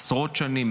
עשרות שנים,